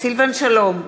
סילבן שלום,